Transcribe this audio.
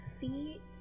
feet